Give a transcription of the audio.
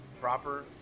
proper